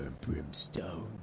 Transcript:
Brimstone